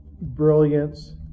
brilliance